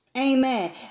Amen